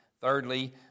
Thirdly